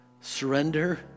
surrender